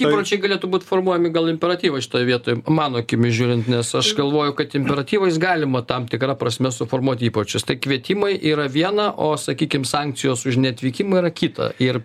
įpročiai galėtų būt formuojami gal imperatyva šitoj vietoj mano akimis žiūrint nes aš galvoju kad imperatyvais galima tam tikra prasme suformuot įpročius tai kvietimai yra viena o sakykim sankcijos už neatvykimą yra kita ir